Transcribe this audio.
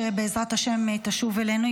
שבעזרת השם תשוב אלינו,